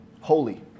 holy